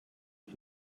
you